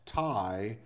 tie